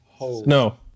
No